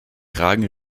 kragen